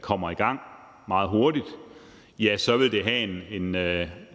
kommer i gang meget hurtigt, ja, så vil det have en